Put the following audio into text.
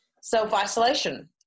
self-isolation